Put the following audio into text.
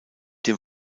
dem